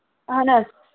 اَہن حظ